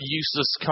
useless